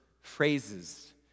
phrases